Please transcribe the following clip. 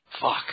Fuck